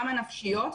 גם הנפשיות,